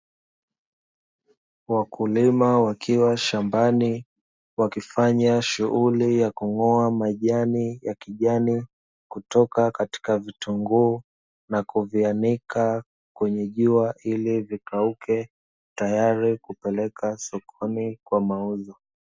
Wakulima wakiwa shambani, wakifanya shughuli ya kung'oa majani ya kijani, kutoka katika vitunguu na kuvianika kwenye jua ili vikauke tayari kupeleka sokoni kwa mauzo.